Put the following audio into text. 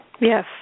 Yes